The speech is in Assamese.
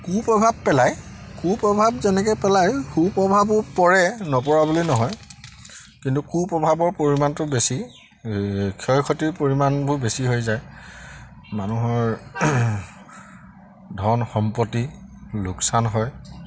কু প্ৰভাৱ পেলায় কু প্ৰভাৱ যেনেকে পেলায় সু প্ৰভাৱো পৰে নপৰা বুলি নহয় কিন্তু কু প্ৰভাৱৰ পৰিমাণটো বেছি ক্ষয় ক্ষতিৰ পৰিমাণবোৰ বেছি হৈ যায় মানুহৰ ধন সম্পত্তি লোকচান হয়